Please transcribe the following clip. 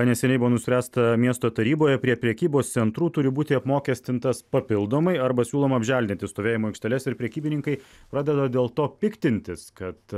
neseniai buvo nuspręsta miesto taryboje prie prekybos centrų turi būti apmokestintas papildomai arba siūloma apželdinti stovėjimo aikšteles ir prekybininkai pradeda dėl to piktintis kad